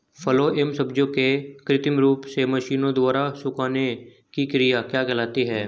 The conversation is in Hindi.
फलों एवं सब्जियों के कृत्रिम रूप से मशीनों द्वारा सुखाने की क्रिया क्या कहलाती है?